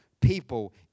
people